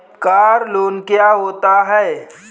Car loan क्या होता है?